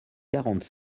quarante